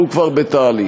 והוא כבר בתהליך.